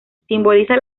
simboliza